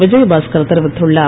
விஜயபாஸ்கர் தெரிவித்துள்ளார்